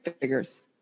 figures